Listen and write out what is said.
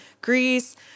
Greece